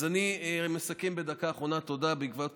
אז אני מסכם בדקה אחרונה, תודה, בעקבות